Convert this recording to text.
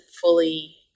fully